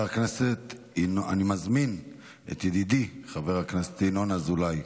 אני מזמין את ידידי חבר הכנסת ינון אזולאי.